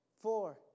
four